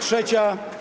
Trzecia.